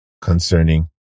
concerning